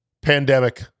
pandemic